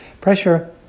Pressure